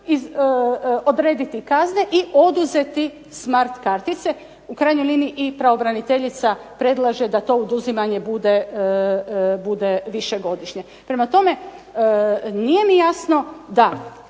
odrediti kazne i oduzeti smart kartice, u krajnjoj liniji i pravobraniteljica predlaže da to oduzimanje bude višegodišnje. Prema tome, nije mi jasno da